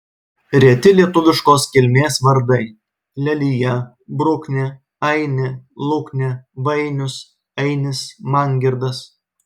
reti lietuviškos kilmės vardai lelija bruknė ainė luknė vainius ainis mangirdas